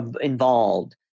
involved